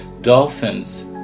Dolphins